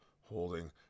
holding